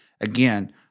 Again